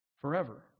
forever